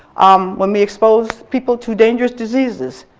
um when we expose people to dangerous diseases,